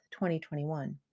2021